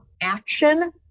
action